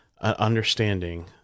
understanding